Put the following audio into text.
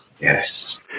Yes